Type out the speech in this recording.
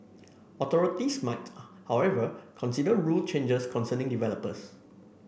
authorities might however consider rule changes concerning developers